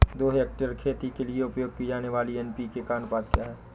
दो हेक्टेयर खेती के लिए उपयोग की जाने वाली एन.पी.के का अनुपात क्या है?